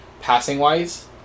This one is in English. passing-wise